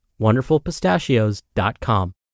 wonderfulpistachios.com